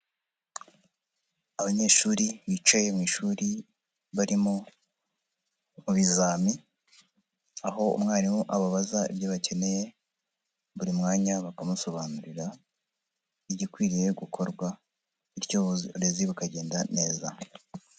Abanyeshuri bicaye mu ishuri, barimo mu bizami, aho umwarimu ababaza ibyo bakeneye, buri mwanya bakamusobanurira igikwiriye gukorwa, bityo uburezi bukagenda neza.